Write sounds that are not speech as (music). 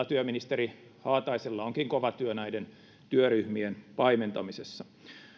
(unintelligible) työministeri haataisella onkin kova työ näiden työryhmien paimentamisessa